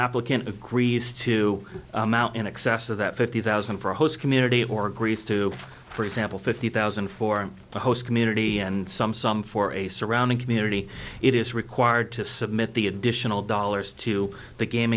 applicant agrees to mount in excess of that fifty thousand for a host community or agrees to for example fifty thousand for the host community and some some for a surrounding community it is required to submit the additional dollars to the gam